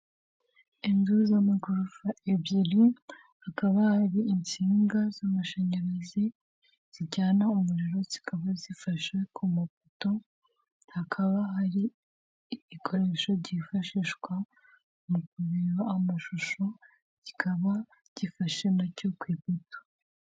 Inzu z'amagorofa ebyiri hakaba hari insinga z'amashanyarazi zijyana umuriro zikaba zifashe ku mapoto, hakaba hari igikoresho cyifashishwa mu kureba amashusho kikaba gifashe nacyo ku ipoto.